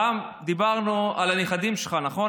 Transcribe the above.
פעם דיברנו על הנכדים שלך, נכון?